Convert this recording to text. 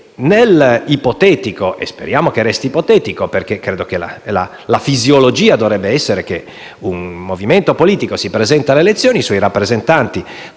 caso ipotetico, che spero resti tale, perché credo che la fisiologia dovrebbe essere che un movimento politico si presenti alle elezioni e che suoi rappresentanti,